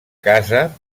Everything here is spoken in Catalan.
casa